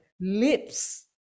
lips